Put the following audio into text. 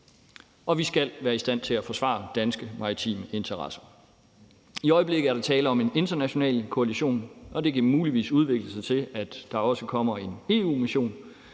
Vi skal være i stand til at forsvare danske maritime interesser. I øjeblikket er der tale om en international koalition, og det kan muligvis udvikle sig til, at der også kommer en EU-mission.